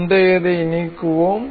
முந்தையதை நீக்குவோம்